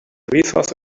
resource